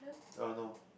uh no